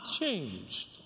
changed